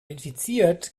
infiziert